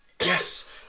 Yes